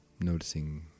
noticing